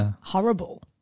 Horrible